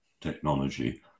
technology